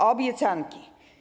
Obiecanki.